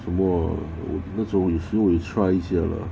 什么那种有时我有 try 一下啦